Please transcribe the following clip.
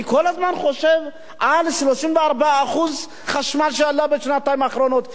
אני כל הזמן חושב על החשמל שעלה בשנתיים האחרונות ב-34%.